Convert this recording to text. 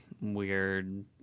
weird